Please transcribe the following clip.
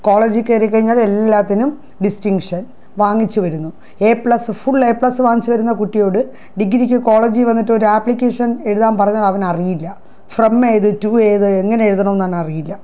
കോളേജിൽ കയറി കഴിഞ്ഞാൽ എല്ലാത്തിനും ഡിസ്റ്റിങ്ഷൻ വാങ്ങിച്ചുവരുന്നു A plus full A plus വാങ്ങിച്ചു വരുന്ന കുട്ടിയോട് ഡിഗ്രിക്ക് കോളേജിൽ വന്നിട്ട് ഒരു ആപ്ലിക്കേഷൻ എഴുതാൻ പറഞ്ഞാലവനറിയില്ല ഫ്രം ഏത് ടൂ ഏത് എങ്ങനെ എഴുതണമെന്ന് അവനറിയില്ല